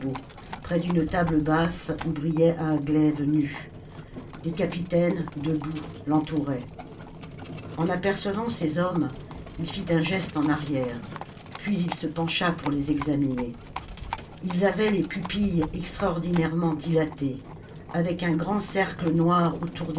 près d'une table basse où brillait un glaive nu des capitaines debout l'entouraient en apercevant ces hommes il fit un geste en arrière puis il se pencha pour les examiner ils avaient les pupilles extraordinairement dilatées avec un grand cercle noir